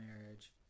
marriage